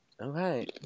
Okay